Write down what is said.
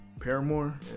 Paramore